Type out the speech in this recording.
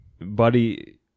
buddy